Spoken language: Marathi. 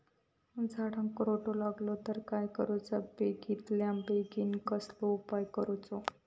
झाडाक रोटो लागलो तर काय करुचा बेगितल्या बेगीन कसलो उपाय करूचो?